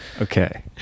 Okay